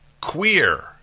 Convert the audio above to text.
queer